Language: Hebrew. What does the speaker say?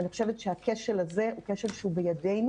ואני חושבת שהכשל הזה הוא כשל שהוא בידנו,